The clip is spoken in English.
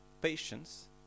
patience